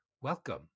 Welcome